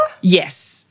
Yes